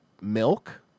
milk